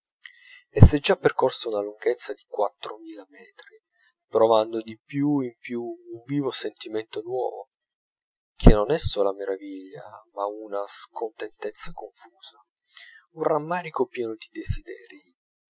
e s'è già percorsa una lunghezza di quattromila metri provando di più in più un vivo sentimento nuovo che non è sola meraviglia ma una scontentezza confusa un rammarico pieno di desiderii